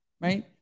right